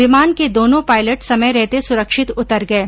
विमान के दोनों पायलट समय रहते सुरक्षित उतर गये